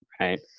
right